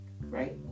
Right